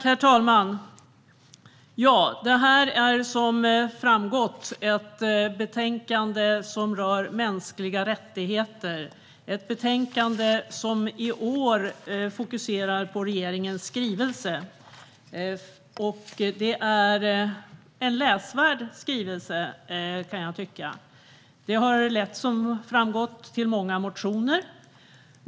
Herr talman! Betänkandet rör, som har framgått, mänskliga rättigheter. Det är ett betänkande som i år fokuserar på regeringens skrivelse. Det är en läsvärd skrivelse, och den har föranlett många motioner.